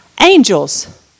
angels